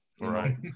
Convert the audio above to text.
Right